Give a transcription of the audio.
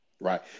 Right